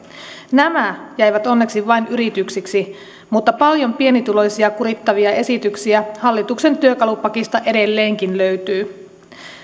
nämä jäivät onneksi vain yrityksiksi mutta paljon pienituloisia kurittavia esityksiä hallituksen työkalupakista edelleenkin löytyy